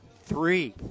Three